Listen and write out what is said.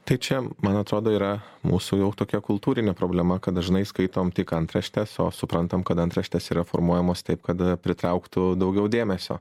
tai čia man atrodo yra mūsų jau tokia kultūrinė problema kad dažnai skaitom tik antraštes o suprantam kad antraštės yra formuojamos taip kad pritrauktų daugiau dėmesio